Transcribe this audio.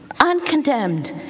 uncondemned